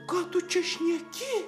ką tu čia šneki